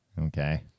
Okay